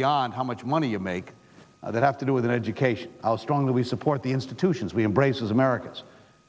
beyond how much money you make that have to do with education how strongly we support the institutions we embrace as americans